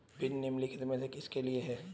Pin निम्नलिखित में से किसके लिए है?